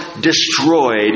destroyed